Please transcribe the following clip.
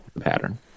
pattern